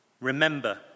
remember